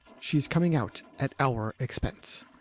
she's coming out at our expense.